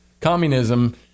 Communism